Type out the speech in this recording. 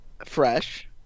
fresh